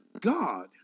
God